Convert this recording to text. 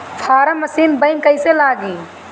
Form machine बैक कईसे लागी?